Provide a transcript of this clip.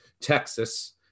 Texas